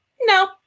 no